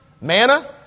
manna